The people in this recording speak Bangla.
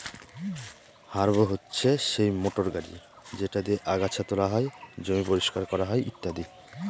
হাররো হচ্ছে সেই মোটর গাড়ি যেটা দিয়ে আগাচ্ছা তোলা হয়, জমি পরিষ্কার করা হয় ইত্যাদি